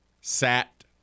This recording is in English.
sat